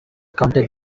counted